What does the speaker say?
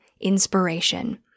inspiration